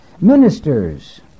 ministers